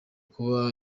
kuba